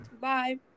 Bye